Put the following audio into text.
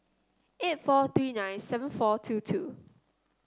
eight four three nine seven four two two